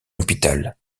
hôpital